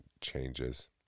Changes